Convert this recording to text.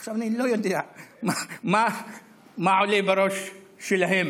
לפעמים אני לא יודע מה עולה בראש שלהם: